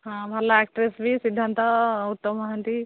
ହଁ ଭଲ ଆକ୍ଟ୍ରେସ୍ ବି ସିଦ୍ଧାନ୍ତ ଉତ୍ତମ ମହାନ୍ତି